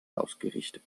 ausgerichtet